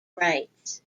rights